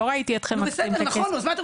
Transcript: לא ראיתי אתכם מקצים את הכסף.